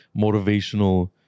motivational